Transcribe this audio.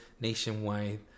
Nationwide